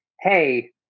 Hey